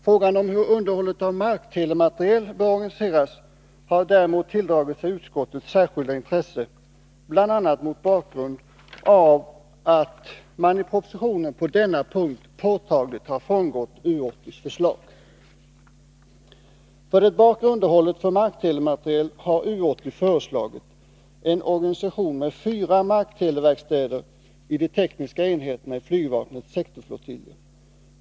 Frågan om hur underhållet av marktelemateriel bör organiseras har däremot tilldragit sig utskottets särskilda intresse, bl.a. mot bakgrund av att man i propositionen på denna punkt påtagligt har frångått U 80:s förslag. För det bakre underhållet av marktelemateriel har U 80 föreslagit en organisation med fyra markteleverkstäder i de tekniska enheterna i flygvapnets sektorflottiljer.